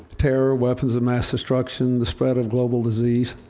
terror, weapons of mass destruction, the spread of global disease